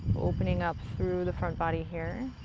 opening up through the front body here.